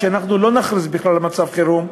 שאנחנו לא נכריז בכלל על מצב חירום,